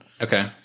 Okay